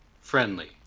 Friendly